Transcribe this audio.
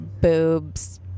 boobs